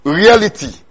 reality